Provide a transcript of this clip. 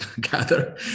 gather